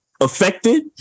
affected